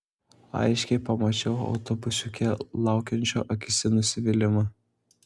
aiškiai pamačiau autobusiuke laukiančio akyse nusivylimą